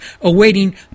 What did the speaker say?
awaiting